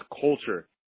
culture